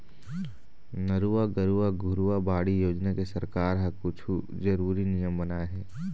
नरूवा, गरूवा, घुरूवा, बाड़ी योजना के सरकार ह कुछु जरुरी नियम बनाए हे